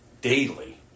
daily